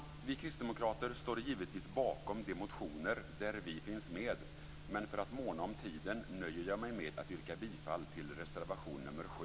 Vi kristdemokrater står givetvis bakom de motioner där vi finns med, men för att måna om tiden nöjer jag mig med att yrka bifall till reservation nr 7.